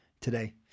today